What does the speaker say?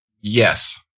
Yes